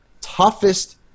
toughest